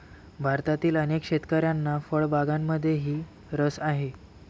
भारतातील अनेक शेतकऱ्यांना फळबागांमध्येही रस आहे